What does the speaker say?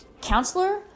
counselor